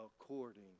according